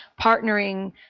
partnering